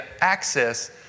access